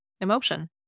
emotion